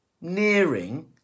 nearing